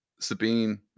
Sabine